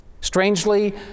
Strangely